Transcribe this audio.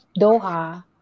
doha